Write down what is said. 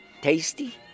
tasty